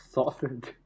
Sausage